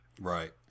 Right